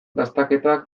dastaketak